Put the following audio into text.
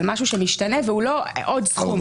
על משהו שמשתנה והוא לא עוד סכום.